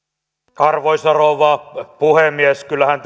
arvoisa rouva puhemies kyllähän